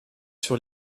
sur